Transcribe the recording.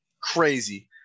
crazy